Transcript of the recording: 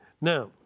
Now